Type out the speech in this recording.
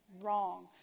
wrong